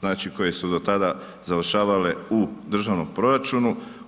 znači koje su do tada završavale u državnom proračunu.